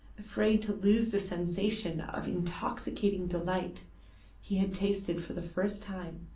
afraid to lose the sensation of intoxicating delight he had tasted for the first time.